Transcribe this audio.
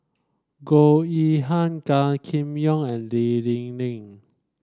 Goh Yihan Gan Kim Yong and Lee Ling